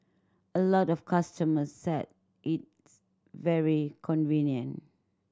a lot of customers said it's very convenient